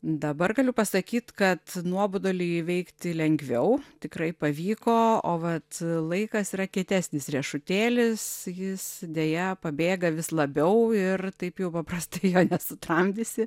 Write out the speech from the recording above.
dabar galiu pasakyt kad nuobodulį įveikti lengviau tikrai pavyko o vat laikas yra kietesnis riešutėlis jis deja pabėga vis labiau ir taip jau paprastai jo nesutramdysi